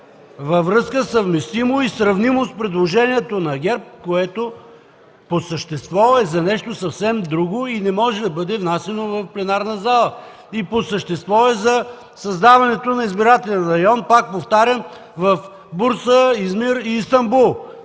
във връзка, съвместимо и сравнимо с предложението на ГЕРБ, което по същество е за нещо съвсем друго и не може да бъде внасяно в пленарната зала. По същество е за създаване на избирателен район, пак повтарям, в Бурса, Измир и Истанбул,